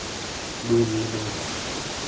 ᱫᱩᱣᱟᱹᱨ ᱨᱮᱞᱮ ᱫᱚᱦᱚ ᱠᱟᱜᱼᱟ